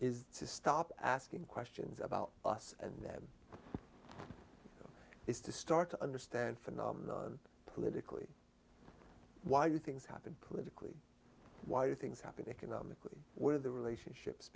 is to stop asking questions about us and them is to start to understand phenomena politically why do things happen politically why do things happen economically what are the relationships